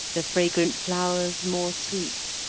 the fragrant flowers more sweet,